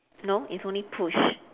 no it's only push